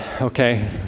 okay